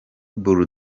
bull